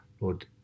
Lord